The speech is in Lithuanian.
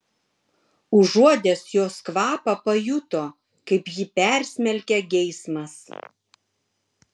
užuodęs jos kvapą pajuto kaip jį persmelkia geismas